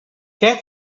què